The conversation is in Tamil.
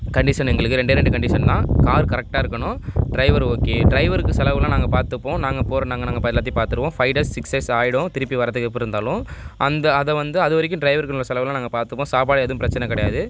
கண்டிஷன் எங்களுக்கு ரெண்டே ரெண்டு கண்டிஷன் தான் கார் கரெக்டாக இருக்கணும் டிரைவர் ஓகே டிரைவருக்கு செலவெல்லாம் நாங்கள் பார்த்துப்போம் நாங்கள் போகிற நாங்கள் நாங்கள் எல்லாத்தையும் பார்த்துருவோம் ஃபைவ் டேஸ் சிக்ஸ் டேஸ் ஆயிடும் திருப்பி வர்றதுக்கு எப்படி இருந்தாலும் அந்த அதை வந்து அது வரைக்கும் டிரைவருக்கு உள்ள செலவெல்லாம் நாங்கள் பார்த்துப்போம் சாப்பாடு ஏதும் பிரச்சனை கிடையாது